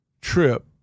trip